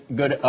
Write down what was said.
good